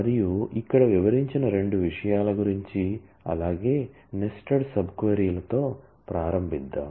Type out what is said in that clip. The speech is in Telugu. మరియు ఇక్కడ వివరించిన రెండు విషయాలు గురించి అలాగే నెస్టెడ్ సబ్ క్వరీలతో ప్రారంభిద్దాం